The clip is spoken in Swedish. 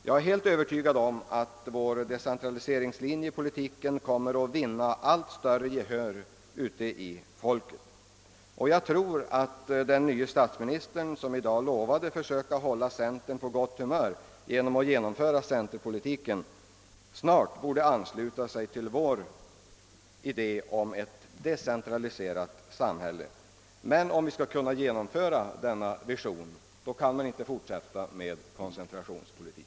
Jag är helt övertygad om att vår decentraliseringslinje kommer att vinna allt större gehör ute bland folket. Jag tycker att den nye statsministern, som i dag lovat att försöka hålla centern på gott humör genom att förverkliga centerpolitiken, snart borde ansluta sig till vår idé om ett decentraliserat samhälle. Men om vi skall kunna genomföra denna vision kan vi inte fortsätta med koncentrationspolitik.